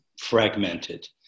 fragmented